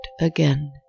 again